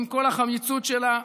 עם כל החמיצות שלה,